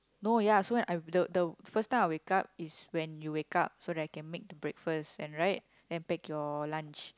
no ya so when I the the first time I wake up is when you wake up so I can make the breakfast and right and pack your lunch